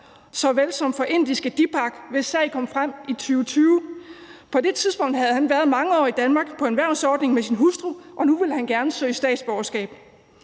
såvel som for indiske Deepak, hvis sag kom frem i 2020. På det tidspunkt havde han været mange år i Danmark på en erhvervsordning med sin hustru, og nu ville han gerne søge statsborgerskab.